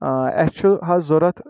اَسہِ چھُ حظ ضروٗرت